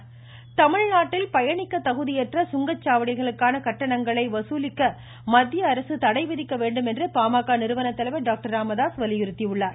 ம் ம் ம் ம் ம் ம ராமதாஸ் தமிழ்நாட்டில் பயணிக்க தகுதியற்ற சுங்கச்சாலைகளுக்கான கட்டணங்களை வசூலிக்க மத்தியஅரசு தடை விதிக்க வேண்டும் என்று பாமக நிறுவனர் தலைவர் டாக்டர் ராமதாஸ் வலியுறுத்தியுள்ளார்